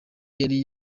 yari